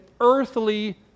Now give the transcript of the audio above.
earthly